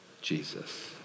Jesus